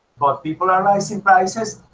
but people are rising prices.